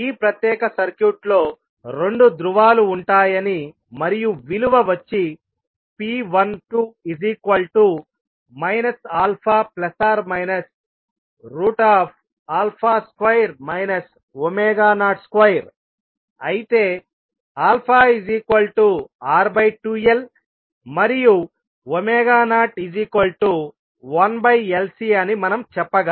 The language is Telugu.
ఈ ప్రత్యేక సర్క్యూట్లో రెండు ధ్రువాలు ఉంటాయని మరియు విలువ వచ్చి p12 α±2 02 అయితే αR2L మరియు 01LC అని మనం చెప్పగలం